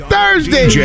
Thursday